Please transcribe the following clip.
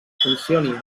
funcioni